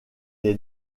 est